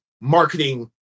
marketing